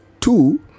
Two